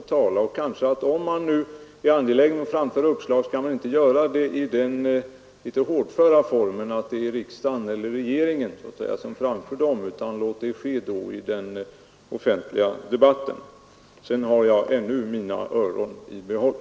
Vi skall låta kommunerna också tala. Om man är angelägen att framföra uppslag, skall man inte göra det i den litet hårdföra formen att det är riksdagen eller regeringen som framför dem, utan man skall låta det ske i den offentliga debatten. Slutligen: jag har ännu mina öron i behåll.